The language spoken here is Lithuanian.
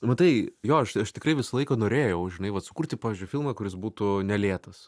matai jo aš aš tikrai visą laiką norėjau žinai vat sukurti pavyzdžiui filmą kuris būtų nelėtas